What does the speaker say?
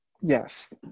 Yes